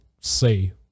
say